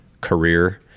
career